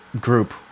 group